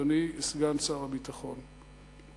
אדוני סגן שר הביטחון,